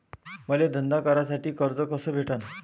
मले धंदा करासाठी कर्ज कस भेटन?